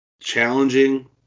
challenging